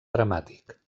dramàtic